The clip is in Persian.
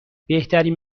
بهترین